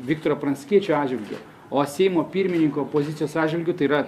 viktoro pranckiečio atžvilgiu o seimo pirmininko pozicijos atžvilgiu tai yra